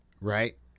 Right